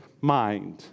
mind